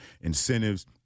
incentives